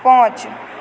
पाँच